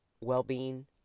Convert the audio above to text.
well-being